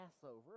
Passover